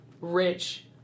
rich